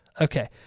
Okay